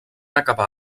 acabar